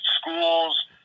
schools